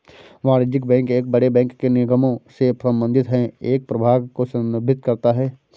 वाणिज्यिक बैंक एक बड़े बैंक के निगमों से संबंधित है एक प्रभाग को संदर्भित करता है